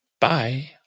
Bye